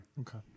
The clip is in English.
Okay